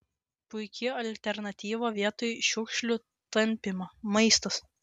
puiki alternatyva vietoj šiukšlių tampymo maistas